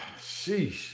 sheesh